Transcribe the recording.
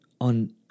on